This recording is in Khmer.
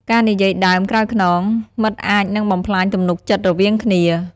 ការនិយាយដើមក្រោយខ្នងមិត្តអាចនឹងបំផ្លាញទំនុកចិត្តរវាងគ្នា។